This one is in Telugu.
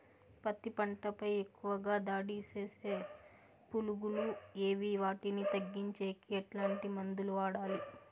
పత్తి పంట పై ఎక్కువగా దాడి సేసే పులుగులు ఏవి వాటిని తగ్గించేకి ఎట్లాంటి మందులు వాడాలి?